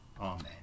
Amen